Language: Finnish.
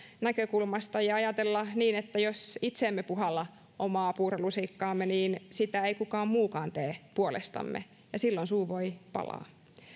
näkökulmasta ja ajatella niin että jos itse emme puhalla omaan puurolusikkaamme niin sitä ei kukaan muukaan tee puolestamme ja silloin suu voi palaa